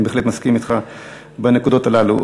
אני בהחלט מסכים אתך בנקודות הללו.